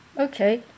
Okay